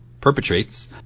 perpetrates